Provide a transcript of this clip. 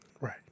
Right